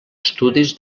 estudis